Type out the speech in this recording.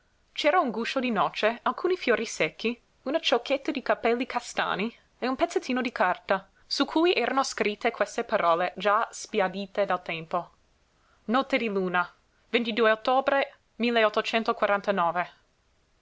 c'era un guscio di noce alcuni fiori secchi una ciocchetta di capelli castani e un pezzettino di carta su cui erano scritte queste parole già sbiadite dal tempo notte di luna ottobre